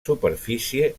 superfície